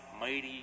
mighty